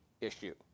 issue